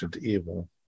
Evil